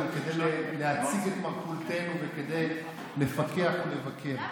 כדי להציג את מרכולתנו וכדי לפקח ולבקר.